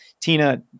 Tina